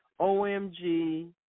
OMG